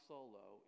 Solo